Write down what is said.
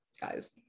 guys